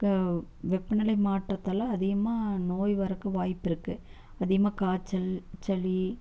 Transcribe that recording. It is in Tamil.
வெப்ப நிலை மாற்றத்தால் அதிகமாக நோய் வரக்கு வாய்ப்பு இருக்கு அதிகமாக காய்ச்சல் சளி